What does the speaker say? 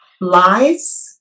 Lies